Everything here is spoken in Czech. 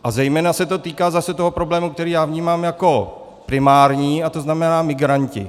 A zejména se to týká zase toho problému, který já vnímám jako primární, tzn. migranti.